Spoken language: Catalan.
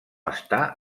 està